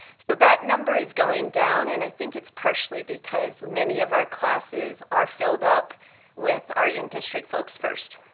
so that number is going down. and i think it's partially because many of our classes are filled up with our in district folks first.